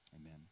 Amen